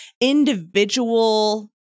individual